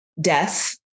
death